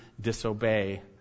disobey